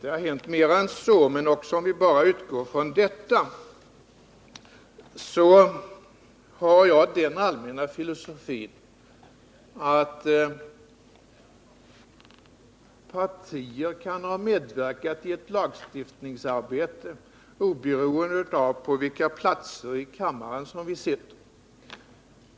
Det har gjorts mer än så, men också om vi utgår bara från vad som redovisats i betänkandet, så har jag den allmänna filosofin att partier kan ha medverkat i ett lagstiftningsarbete oberoende av på vilka platser här i kammaren deras företrädare sitter.